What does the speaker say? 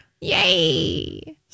Yay